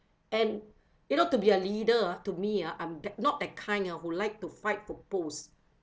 and you know to be a leader ah to me ah I'm that not that kind ah who like to fight for post